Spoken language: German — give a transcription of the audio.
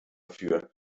für